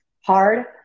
hard